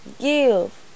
Give